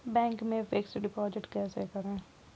Bank में fix deposit कैसे करें?